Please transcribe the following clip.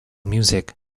music